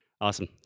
Awesome